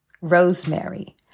rosemary